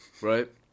Right